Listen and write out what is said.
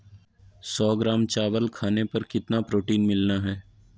सौ ग्राम चावल खाने पर कितना प्रोटीन मिलना हैय?